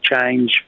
change